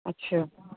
اچھا